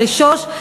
ולשוש,